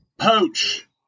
Poach